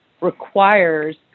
requires